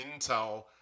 intel